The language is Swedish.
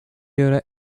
göra